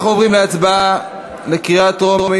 אנחנו עוברים להצבעה בקריאה טרומית